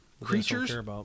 Creatures